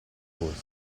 fosse